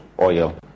oil